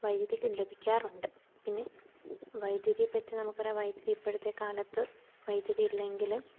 വൈദ്യുതി ലഭിക്കാറുണ്ട് പിന്നെ വൈദ്യുതിയേപ്പറ്റി നമുക്കറിയാം വൈദ്യുതി ഇപ്പഴത്തേക്കാലത്ത് വൈദ്യുതി ഇല്ലെങ്കില്